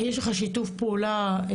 יש לך שיתוף פעולה?